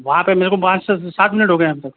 वहाँ पर मेरे को पाँच से सात मिनट हो गए अभी तक